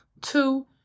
Two